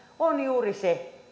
on juuri se